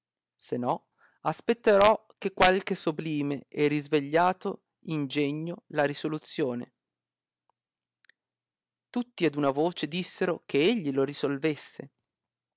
se no aspetterò da qualche soblime e risvegliato ingegno la risoluzione tutti ad una voce dissero che egli lo risolvesse